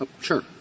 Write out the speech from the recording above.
Sure